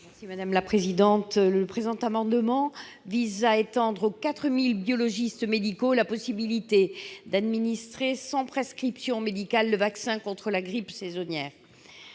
n° 74 rectifié. Le présent amendement vise à étendre aux 4 000 biologistes médicaux la possibilité d'administrer, sans prescription médicale, le vaccin contre la grippe saisonnière.